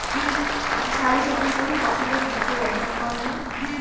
Thiram কোন ফসলের বীজে ব্যবহার করা হয়?